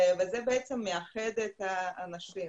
זה בעצם מאחד את האנשים.